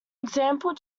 example